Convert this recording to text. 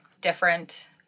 different